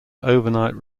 overnight